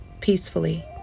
peacefully